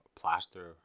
plaster